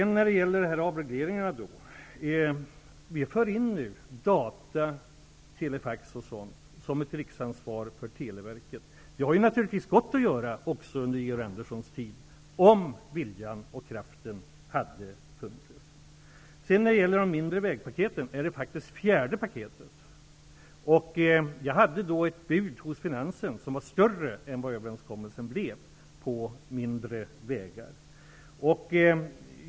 När det gäller avregleringarna för vi in data, telefax osv. som ett riksansvar för Televerket. Det hade naturligtvis gått att göra även under Georg Anderssons tid, om viljan och kraften hade funnits. När det gäller de mindre vägpaketen är det faktiskt det fjärde paketet. Jag hade ett bud hos finansen som var större än vad överenskommelsen blev för mindre vägar.